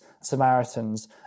samaritans